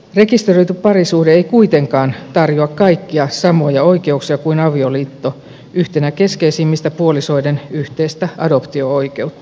rekisteröity parisuhde ei kuitenkaan tarjoa kaikkia samoja oikeuksia kuin avioliitto yhtenä keskeisimmistä puolisoiden yhteistä adoptio oikeutta